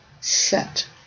set